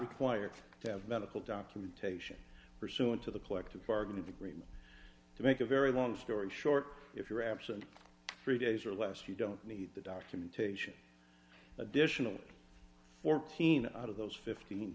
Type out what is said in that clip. required to have medical documentation pursuant to the collective bargaining agreement to make a very long story short if you're absent three days or less you don't need the documentation additional fourteen out of those fifteen